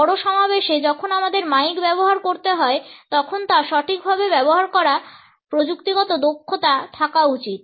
বড় সমাবেশে যখন আমাদের মাইক ব্যবহার করতে হয় তখন তা সঠিকভাবে ব্যবহার করার প্রযুক্তিগত দক্ষতা থাকা উচিত